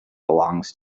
belongs